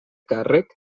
càrrec